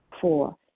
Four